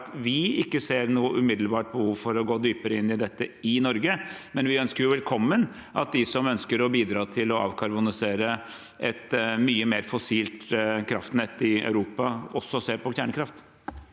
noe umiddelbart behov for å gå dypere inn i dette i Norge, men vi ønsker velkommen at de som ønsker å bidra til å avkarbonisere et mye mer fossilt kraftnett i Europa, også ser på kjernekraft.